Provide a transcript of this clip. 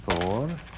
Four